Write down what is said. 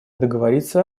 договориться